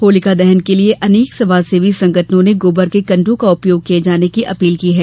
होलिका दहन के लिए अनेक समाजसेवी संगठनों ने गोबर के कंडो का उपयोग किये जाने की अपील की है